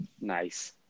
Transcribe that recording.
Nice